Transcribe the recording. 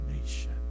nation